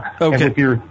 Okay